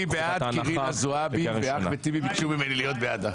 אני בעד כי חברת הכנסת ג'ידא זועבי ואחמד טיבי ביקשו ממני להיות בעדה.